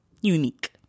unique